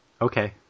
Okay